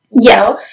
Yes